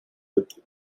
with